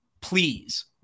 Please